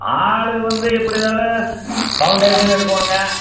ஆளுங்க வந்து எப்படிருந்தாலும் பவுண்டேஷன் எடுக்கணுங்க